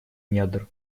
недр